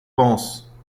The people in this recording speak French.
penses